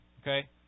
Okay